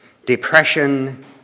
Depression